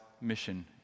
mission